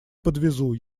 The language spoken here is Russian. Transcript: подвезу